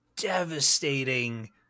devastating